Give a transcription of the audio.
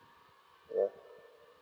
ya